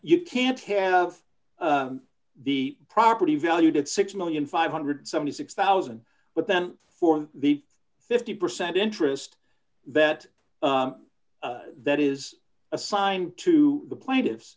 you can't have the property value that six million five hundred and seventy six thousand but then for the fifty percent interest that that is assigned to the plaintiffs